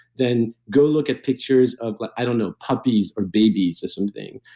then go look at pictures of, i don't know, puppies or babies or something.